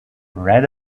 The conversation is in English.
red